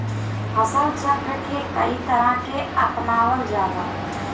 फसल चक्र के कयी तरह के अपनावल जाला?